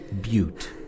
Butte